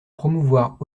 promouvoir